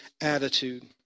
attitude